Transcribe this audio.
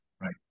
right